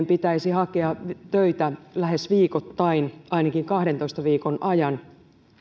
pitäisi hakea töitä lähes viikoittain ainakin kahdentoista viikon ajan